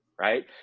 Right